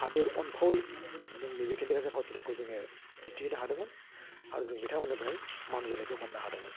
हादोर अनफावरि मुंनि बे खिन्थिगासे फआवथिनाखौ जोङो दिन्थिहैनो हादोंमोन आर जों बिथांमोननिफ्राय मान बिलाइखौ मोन्नो हादोंमोन